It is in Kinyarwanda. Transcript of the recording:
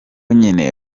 nyine